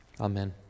Amen